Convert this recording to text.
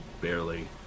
barely